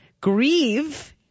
grieve